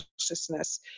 consciousness